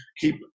keep